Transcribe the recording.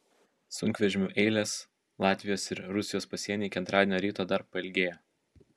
sunkvežimių eilės latvijos ir rusijos pasienyje iki antradienio ryto dar pailgėjo